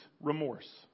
remorse